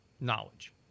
knowledge